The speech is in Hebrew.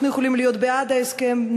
אנחנו יכולים להיות בעד ההסכם,